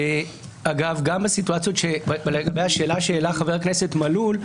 אגב גם בסיטואציות לגבי השאלה שהעלה חבר הכנסת מלול,